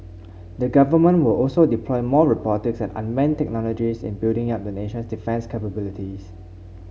the government will also deploy more robotics and unmanned technologies in building up the nation's defence capabilities